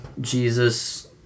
Jesus